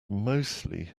mostly